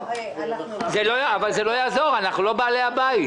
אבל זה לא יעזור, אנחנו לא בעלי הבית.